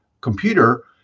computer